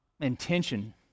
intention